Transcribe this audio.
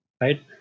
Right